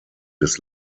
des